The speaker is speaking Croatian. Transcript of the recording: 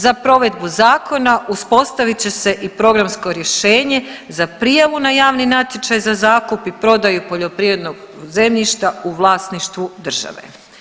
Za provedbu zakona uspostavit će se i programsko rješenje za prijavu na javni natječaj za zakup i prodaju poljoprivrednog zemljišta u vlasništvu države.